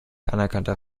anerkannter